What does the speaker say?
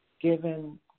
given